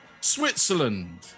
Switzerland